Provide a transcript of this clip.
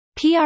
PR